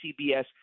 CBS